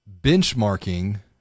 Benchmarking